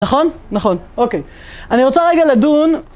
נכון? נכון, אוקיי. אני רוצה רגע לדון.